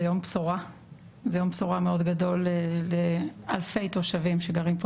זה יום בשורה מאוד גדול לאלפי תושבים שגרים פה